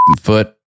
foot